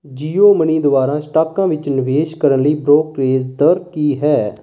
JIO money ਦੁਆਰਾ ਸਟਾਕਾਂ ਵਿੱਚ ਨਿਵੇਸ਼ ਕਰਨ ਲਈ ਬ੍ਰੋਕਰੇਜ ਦਰ ਕੀ ਹੈ